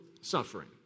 suffering